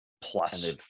Plus